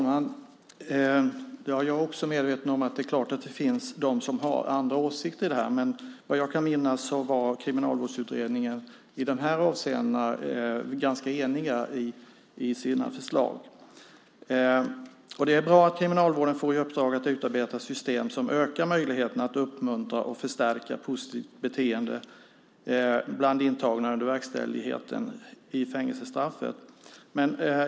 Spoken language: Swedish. Fru talman! Jag är medveten om att det finns sådana som har andra åsikter om detta, men vad jag kan minnas var Kriminalvårdsutredningen i dessa avseenden ganska enig i sina förslag. Det är bra att Kriminalvården får i uppdrag att utarbeta system som ökar möjligheten att uppmuntra och förstärka positivt beteende bland de intagna under verkställigheten av fängelsestraffet.